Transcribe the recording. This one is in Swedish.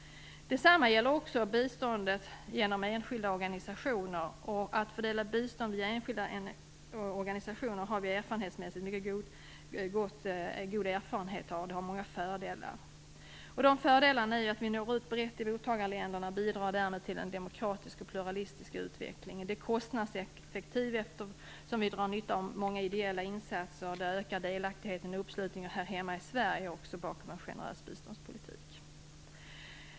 Detsamma gäller för det bistånd som kanaliseras genom enskilda organisationer. Att fördela bistånd via enskilda organisationer är något vi har mycket goda erfarenheter av. Det har många fördelar. De fördelarna är att vi når ut brett i mottagarländerna och därmed bidrar till en demokratisk och pluralistisk utveckling. Metoden är kostnadseffektiv, eftersom vi drar nytta av många ideella insatser, och det ökar också delaktigheten och uppslutningen här hemma i Sverige bakom en generös biståndspolitik.